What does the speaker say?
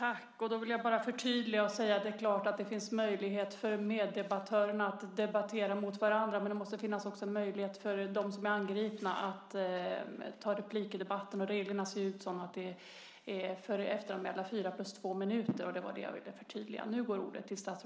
Då vill jag förtydliga och säga att det är klart att det finns möjlighet för meddebattörerna att debattera mot varandra, men det måste också finnas en möjlighet för dem som är angripna att svara i debatten. Reglerna är att det för efteranmälda är fyra plus två minuter.